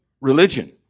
religion